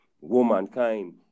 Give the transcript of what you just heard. womankind